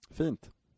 fint